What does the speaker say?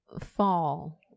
fall